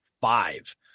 five